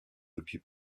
depuis